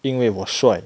因为我帅